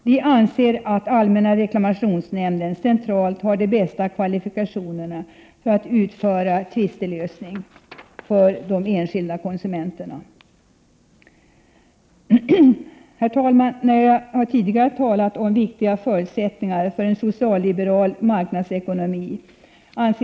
Vi anser att allmänna reklamationsnämnden centralt har de bästa kvalifikationer att utföra tvistelösningar för de enskilda konsumenterna. Herr talman! Jag har tidigare talat om viktiga förutsättningar för en socialliberal marknadsekonomi.